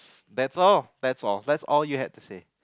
that's all that's all that's all you had to say